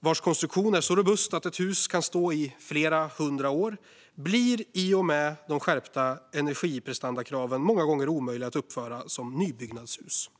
vars konstruktion är så robust att ett hus kan stå i flera hundra år, blir i och med skärpta energiprestandakrav många gånger omöjliga att uppföra som nybyggnadshus.